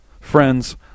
Friends